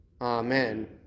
Amen